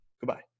Goodbye